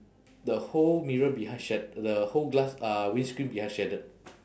the whole mirror behind shat~ the whole glass uh windscreen behind shattered